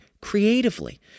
creatively